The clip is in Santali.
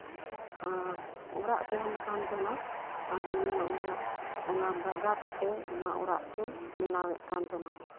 ᱟᱨ ᱚᱲᱟᱜ ᱛᱟᱦᱮᱱ ᱠᱟᱱ ᱛᱟᱦᱮᱱᱟ ᱱᱤᱭᱟᱹ ᱚᱲᱟᱜ ᱚᱱᱟ ᱫᱟᱜᱟ ᱠᱟᱛᱮᱫ ᱚᱱᱟ ᱚᱲᱟᱜ ᱵᱮᱱᱟᱣ ᱮᱫ ᱠᱟᱱ ᱛᱟᱦᱮᱱᱟ